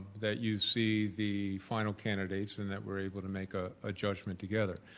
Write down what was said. that you see the final candidates and that we're able to make a ah judgment together.